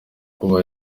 kuba